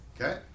Okay